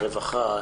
הרווחה,